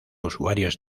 usuarios